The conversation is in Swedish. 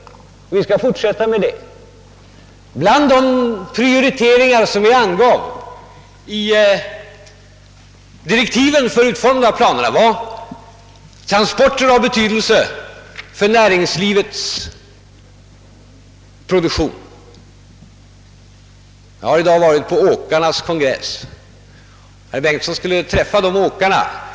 Och det skall vi fortsätta med. Bland de prioriteringar vi angav i direktiven för utformningen av våra planer var bl.a. transporter av betydelse för produktionen inom näringslivet. Jag har i dag varit med på åkeriägarnas kongress, och herr Bengtson borde ha träffat de åkarna!